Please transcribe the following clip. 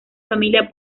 familia